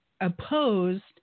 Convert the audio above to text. opposed